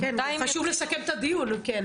חשוב לסכם את הדיון.